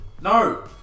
No